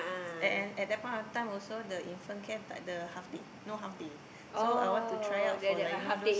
and and that point of time also the infant care tidak ada half day no half day so I want to try out for like you know those